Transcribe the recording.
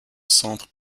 centre